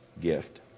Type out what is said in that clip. gift